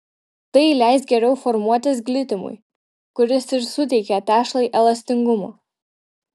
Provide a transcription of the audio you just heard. tai leis geriau formuotis glitimui kuris ir suteikia tešlai elastingumo